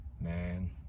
Man